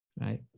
right